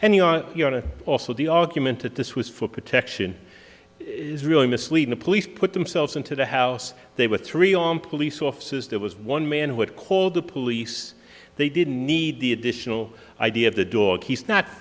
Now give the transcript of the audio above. to also the argument that this was for protection is really misleading the police put themselves into the house they were three armed police officers there was one man who had called the police they didn't need the additional idea of the dog he's not